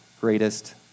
greatest